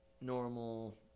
normal